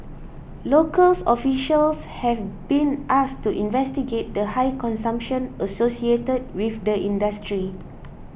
local officials have been asked to investigate the high consumption associated with the industry